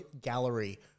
gallery